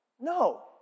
No